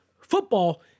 football